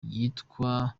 yitwa